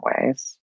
ways